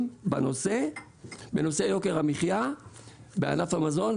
בנושא יוקר המחיה בענף המזון,